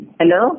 Hello